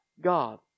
God